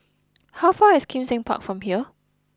how far away is Kim Seng Park from here